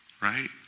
Right